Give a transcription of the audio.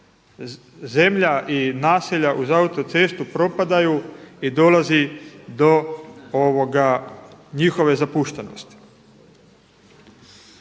zemlja i naselja uz autocestu propadaju i dolazi do njihove zapuštenosti.